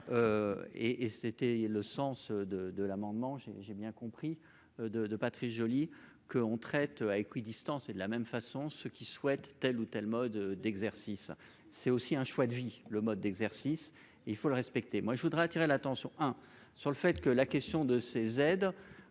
et c'était le sens de de l'amendement. J'ai j'ai bien compris de de Patrice Joly qu'on traite à équidistance et de la même façon, ceux qui souhaitent tel ou tel mode d'exercice c'est aussi un choix de vie. Le mode d'exercice et il faut le respecter. Moi je voudrais attirer l'attention hein sur le fait que la question de ces aides.